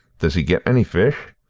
does he get many fish?